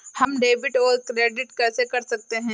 हम डेबिटऔर क्रेडिट कैसे कर सकते हैं?